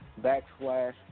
backslash